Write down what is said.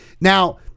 now